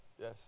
Yes